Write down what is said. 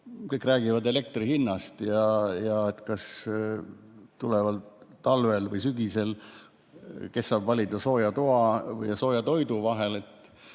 kõik räägivad elektri hinnast ja kes tuleval talvel või sügisel saab valida sooja toa ja sooja toidu ja